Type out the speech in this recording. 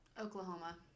Oklahoma